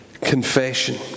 Confession